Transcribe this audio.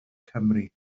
cymru